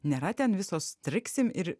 nėra ten visos strigsim ir